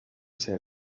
said